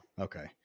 Okay